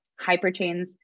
hyperchains